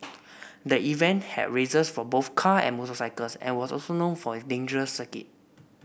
the event had races for both car and motorcycles and was also known for its dangerous circuit